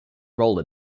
roller